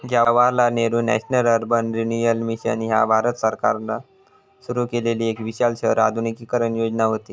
Jawaharlal Nehru national urban renewal mission ह्या भारत सरकारान सुरू केलेली एक विशाल शहर आधुनिकीकरण योजना व्हती